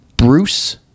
Bruce